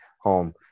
home